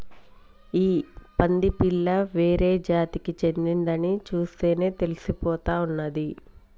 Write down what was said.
ఈ పంది పిల్ల వేరే జాతికి చెందిందని చూస్తేనే తెలిసిపోతా ఉన్నాది